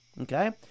okay